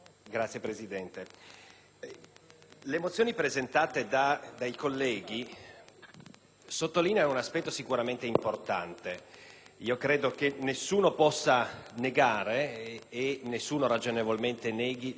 Le mozioni presentate dai colleghi sottolineano un aspetto sicuramente importante. Credo che nessuno possa negare ragionevolmente l'importanza, anzi l'urgenza